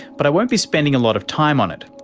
but i won't be spending a lot of time on it,